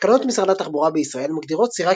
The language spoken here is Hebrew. תקנות משרד התחבורה בישראל מגדירות סירה